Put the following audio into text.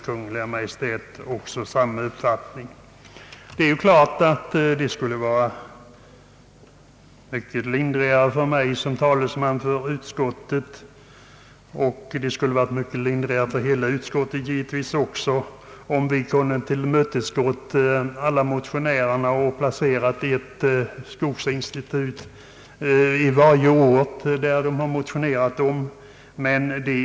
Kungl. Maj:t har samma uppfattning. Det är klart att det skulle vara mycket lindrigare för mig som talesman för utskottet — och för utskottets övriga ledamöter — om vi kunnat tillmötesgå alla motionärer och placera ett skogsinstitut i varje ort som motionerna tagit upp.